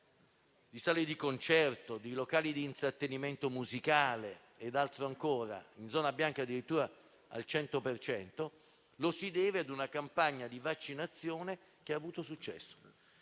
di sale da concerto, di locali di intrattenimento musicale ed altro ancora, in zona bianca addirittura al 100 per cento, lo si deve ad una campagna di vaccinazione che ha avuto successo.